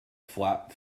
flap